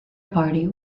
party